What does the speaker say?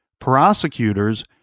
prosecutors